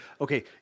okay